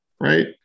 right